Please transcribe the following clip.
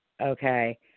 Okay